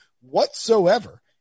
whatsoever